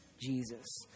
Jesus